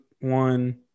one